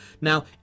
Now